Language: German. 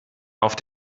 auf